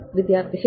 വിദ്യാർത്ഥിശരി